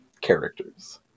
characters